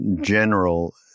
general